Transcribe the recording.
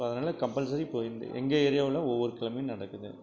so அதனால் compulsory இப்போது எங்கள் ஏரியாவில் ஒவ்வொரு கிழமையும் நடக்குது